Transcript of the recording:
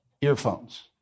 earphones